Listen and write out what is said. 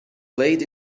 late